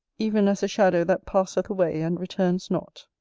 even as a shadow that passeth away and returns not.